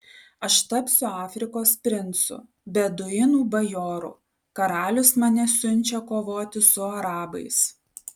aš tapsiu afrikos princu beduinų bajoru karalius mane siunčia kovoti su arabais